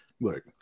look